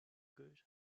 good